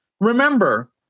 Remember